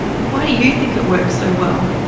why do you think it works so well?